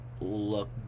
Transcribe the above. look